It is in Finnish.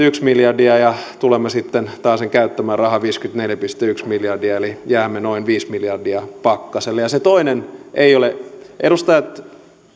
yksi miljardia ja tulemme taasen käyttämään rahaa viisikymmentäneljä pilkku yksi miljardia eli jäämme noin viisi miljardia pakkaselle ja se toinen ei ole edustajat